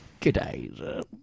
G'day